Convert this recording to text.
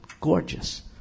gorgeous